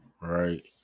right